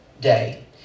day